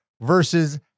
versus